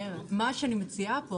מה שאני מציעה פה